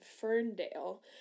Ferndale